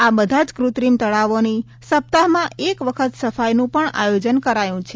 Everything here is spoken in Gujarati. આ બધા જ ક્રત્રિમ તળાવોની સપ્તાહમાં એક વખત સફાઈનું પણ આયોજન કરાયું છે